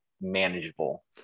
manageable